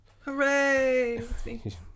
hooray